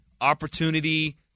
opportunity